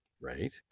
right